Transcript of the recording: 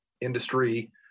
industry